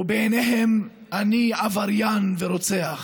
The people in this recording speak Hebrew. ובעיניהם אני עבריין ורוצח